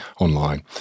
online